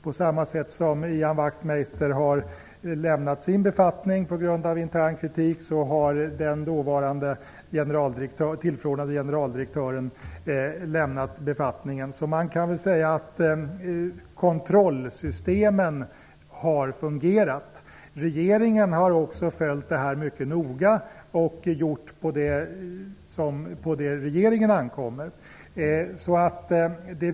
På samma sätt som Ian Wachtmeister har lämnat sin befattning på grund av intern kritik, har den dåvarande tillförordnade generaldirektören lämnat befattningen. Kontrollsystemen har alltså fungerat. Regeringen har också följt frågan mycket noga och gjort det som på regeringen ankommer.